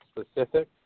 specific